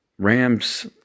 Rams